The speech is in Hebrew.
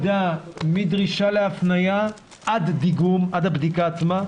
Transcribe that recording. המדידה מדרישה להפניה עד דיגום, עד הבדיקה עצמה.